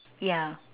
yeah